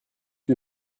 que